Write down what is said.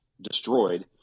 destroyed